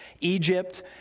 Egypt